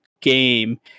game